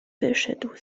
wyszedł